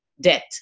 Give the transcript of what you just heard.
debt